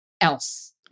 else